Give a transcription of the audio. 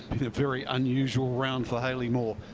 very unusual round for haley moore.